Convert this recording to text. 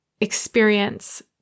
experience